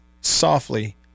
Softly